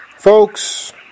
Folks